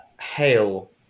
Hail